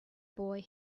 boy